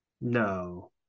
No